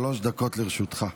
שלוש דקות לרשותך.